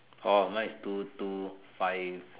orh mine is two two five